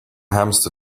hamster